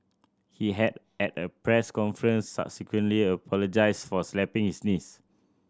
he had at a press conference subsequently apologised for slapping his niece